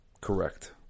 correct